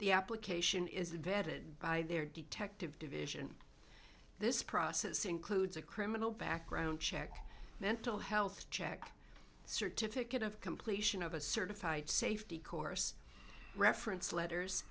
the application is vetted by their detective division this process includes a criminal background check mental health check certificate of completion of a certified safety course reference letters